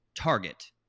target